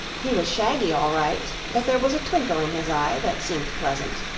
he was shaggy, all right, but there was a twinkle in his eye that seemed pleasant.